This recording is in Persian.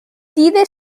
دید